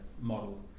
model